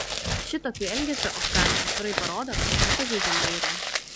šitokiu elgesiu afganė atvirai parodo kokia pažeidžiama yra